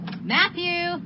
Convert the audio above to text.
Matthew